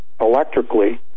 electrically